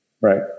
Right